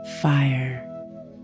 fire